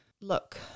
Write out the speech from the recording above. look